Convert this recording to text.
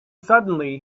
suddenly